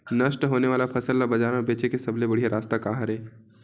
नष्ट होने वाला फसल ला बाजार मा बेचे के सबले बढ़िया रास्ता का हरे?